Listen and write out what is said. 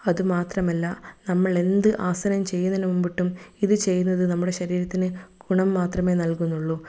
അതു മാത്രമല്ല നമ്മൾ എന്ത് ആസനം ചെയ്യുന്നതിന് മുമ്പിട്ടും ഇത് ചെയ്യുന്നത് നമ്മുടെ ശരീരത്തിന് ഗുണം മാത്രമേ നൽകുന്നുള്ളൂ